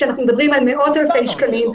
שאנחנו מדברים על מאות אלפי שקלים.